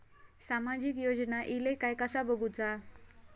सामाजिक योजना इले काय कसा बघुचा?